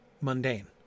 mundane